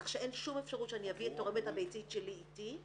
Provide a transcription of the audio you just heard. כך שאין שום אפשרות שאני אביא את תורמת הביצית שלי איתי,